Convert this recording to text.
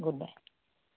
good bye